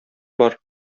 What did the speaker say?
бар